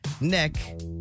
Nick